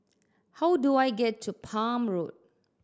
how do I get to Palm Road